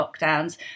lockdowns